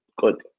Good